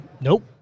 Nope